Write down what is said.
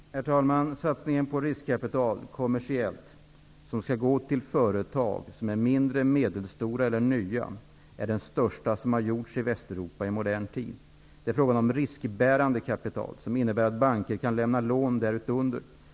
Herr talman! Den kommersiella satsningen på riskkapital, som skall gå till mindre eller medelstora företag, är den största som har gjorts i Västeuropa i modern tid. Det är fråga om riskbärande kapital, vilket innebär att banker kan lämna lån därunder.